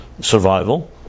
survival